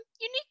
unique